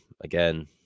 Again